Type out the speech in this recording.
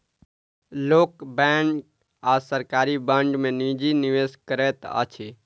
लोक बैंक आ सरकारी बांड में निजी निवेश करैत अछि